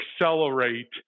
accelerate